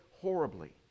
horribly